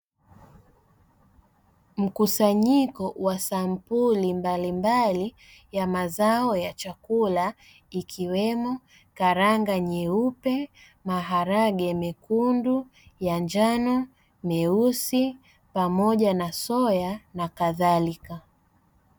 Mkusanyiko wa sampuli mbalimbali ya mazao ya chakula ikiwemo karanga nyeupe, maharage mekundu, ya njano, meusi pamoja na soya na kadhalika.